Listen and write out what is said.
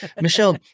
Michelle